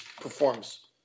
performs